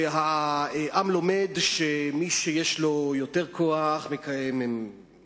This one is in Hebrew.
והעם לומד שמי שיש לו יותר כוח מצליח